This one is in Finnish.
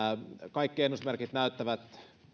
kaikki ennusmerkit näyttävät